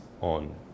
on